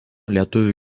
lietuvių